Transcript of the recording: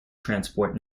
transport